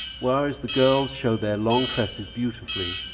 where as the girls show their long tresses beautifully,